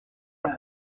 fait